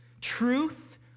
truth